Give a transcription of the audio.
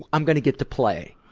i'm going to get to play.